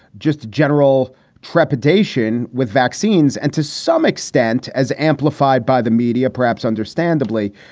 just general trepidation with vaccines and to some extent as amplified by the media. perhaps understandably,